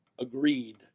agreed